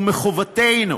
ומחובתנו